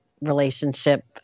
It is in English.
relationship